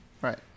Right